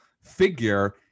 figure